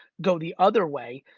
go the other way.